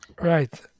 Right